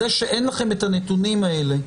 זה שאין לכם את הנתונים האלה,